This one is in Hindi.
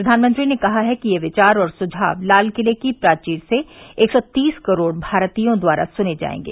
प्रधानमंत्री ने कहा है कि ये विचार और सुझाव लाल किले की प्राचीर से एक सौ तीस करोड़ भारतीयों द्वारा सुने जायेंगे